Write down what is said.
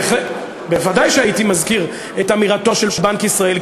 ודאי שהייתי מזכיר את אמירתו של בנק ישראל,